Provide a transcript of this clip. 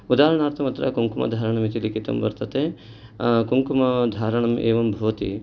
उदाहरणार्थम् अत्र कुङ्कुमधारणम् इति लिखितं वर्तते कुङ्कुमधारणम् एवं भवति